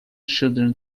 children